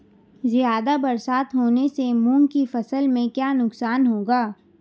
ज़्यादा बरसात होने से मूंग की फसल में क्या नुकसान होगा?